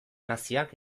naziak